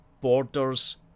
borders